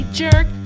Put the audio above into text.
jerk